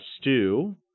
stew